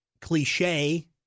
cliche